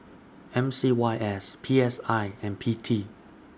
M C Y S P S I and P T